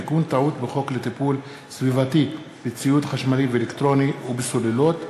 תיקון טעות בחוק לטיפול סביבתי בציוד חשמלי ואלקטרוני ובסוללות,